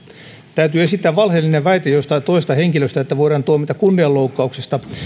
täytyy esittää valheellinen väite jostain toisesta henkilöstä että voidaan tuomita kunnianloukkauksesta